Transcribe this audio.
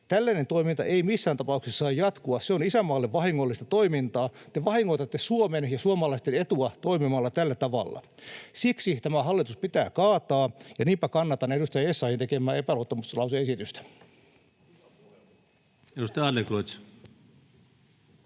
Tällainen toiminta ei missään tapauksessa saa jatkua. Se on isänmaalle vahingollista toimintaa. Te vahingoitatte Suomen ja suomalaisten etua toimimalla tällä tavalla. Siksi tämä hallitus pitää kaataa. Ja niinpä kannatan edustaja Essayahin tekemää epäluottamuslause-esitystä. [Speech 87] Speaker: